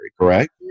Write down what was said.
correct